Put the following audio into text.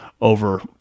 over